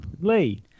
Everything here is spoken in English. Lee